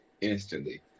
instantly